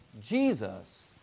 Jesus